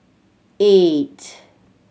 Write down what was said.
eight